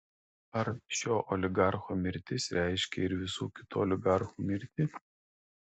ar šio oligarcho mirtis reiškia ir visų kitų oligarchų mirtį